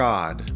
God